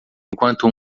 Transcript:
enquanto